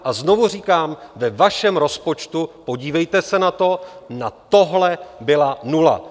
A znovu říkám, že vašem rozpočtu, podívejte se na to, na tohle byla nula.